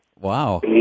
Wow